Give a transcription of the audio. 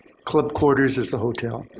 club quarters is the hotel. and